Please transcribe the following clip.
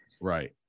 Right